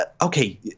okay